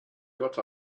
got